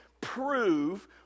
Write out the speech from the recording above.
prove